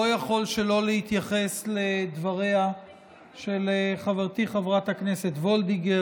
לא יכול שלא להתייחס לדבריה של חברתי חברת הכנסת וולדיגר.